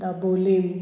Dabolim